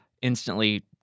instantly